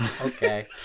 okay